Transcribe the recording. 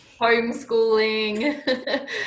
homeschooling